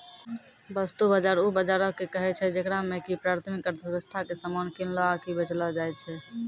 वस्तु बजार उ बजारो के कहै छै जेकरा मे कि प्राथमिक अर्थव्यबस्था के समान किनलो आकि बेचलो जाय छै